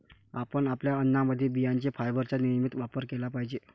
आपण आपल्या अन्नामध्ये बियांचे फायबरचा नियमित वापर केला पाहिजे